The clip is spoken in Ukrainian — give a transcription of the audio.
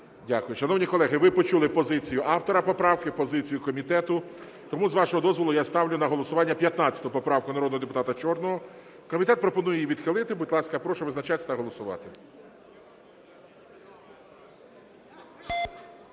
Дякую. Шановні колеги, ви почули позицію автора поправки, позицію комітету. Тому, з вашого дозволу, я ставлю на голосування 15 поправку народного депутата Чорного. Комітет пропонує її відхилити. Будь ласка, прошу визначатись та голосувати.